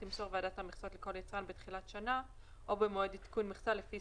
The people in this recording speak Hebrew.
ואז: "תמסור ועדת המכסות לכל יצרן בתחילת שנה או במועד עדכון מכסה לפי